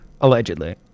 allegedly